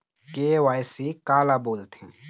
KYC काला बोलथें?